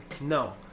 no